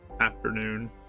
afternoon